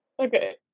Okay